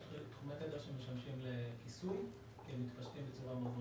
יש תדרים שמשמשים לכיסוי כי הם מתפשטים בצורה מאוד ...